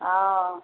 हँ